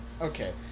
okay